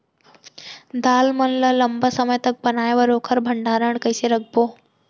दाल मन ल लम्बा समय तक बनाये बर ओखर भण्डारण कइसे रखबो?